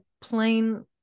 plain